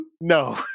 No